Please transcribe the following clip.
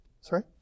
sorry